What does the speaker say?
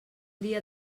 dia